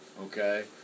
Okay